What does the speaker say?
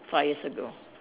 five years ago